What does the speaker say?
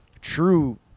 true